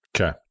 Okay